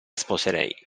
sposerei